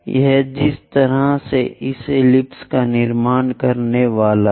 यह जिस तरह से इस एलिप्स का निर्माण करने वाला है